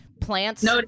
plants